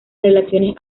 relaciones